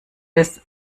des